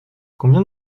combien